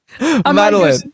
Madeline